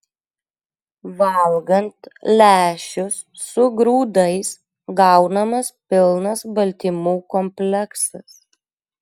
valgant lęšius su grūdais gaunamas pilnas baltymų kompleksas